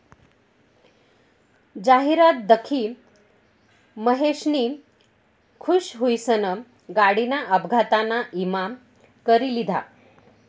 जाहिरात दखी महेशनी खुश हुईसन गाडीना अपघातना ईमा करी लिधा